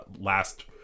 last